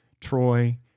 Troy